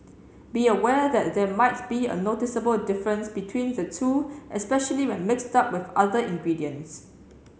be aware that there might be a noticeable difference between the two especially when mixed up with other ingredients